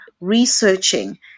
researching